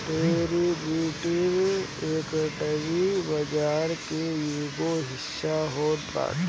derivative, equity बाजार के एगो हिस्सा होत बाटे